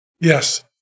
Yes